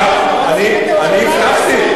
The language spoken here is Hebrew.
אני הבטחתי.